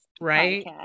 right